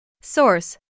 Source